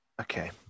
okay